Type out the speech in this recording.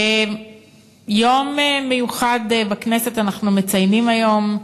יום מיוחד בכנסת אנחנו מציינים היום,